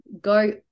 go